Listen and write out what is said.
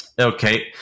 okay